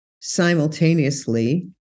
simultaneously